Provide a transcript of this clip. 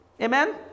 Amen